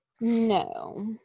No